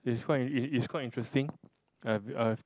it's quite it it it's quite interesting I've I've